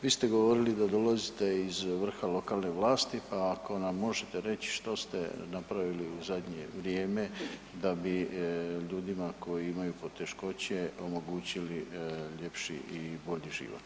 Vi ste govorili da dolazite iz vrha lokalne vlasti, a ako nam možete reći što ste napravili u zadnje vrijeme da bi ljudima koji imaju poteškoće omogućili ljepši i bolji život?